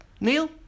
Neil